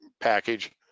package